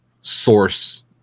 source